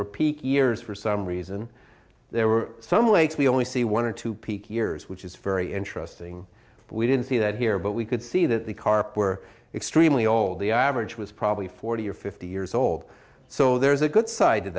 peak years for some reason there were some lakes we only see one or two peak years which is very interesting we didn't see that here but we could see that the carp were extremely old the average was probably forty or fifty years old so there's a good side